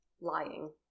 lying